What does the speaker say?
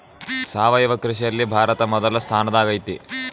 ಸಾವಯವ ಕೃಷಿಯಲ್ಲಿ ಭಾರತ ಮೊದಲ ಸ್ಥಾನದಾಗ್ ಐತಿ